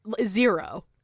Zero